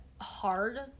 hard